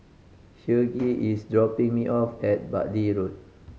Hughie is dropping me off at Bartley Road